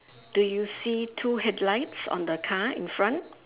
do you see two headlights on the car in front